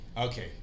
Okay